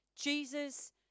Jesus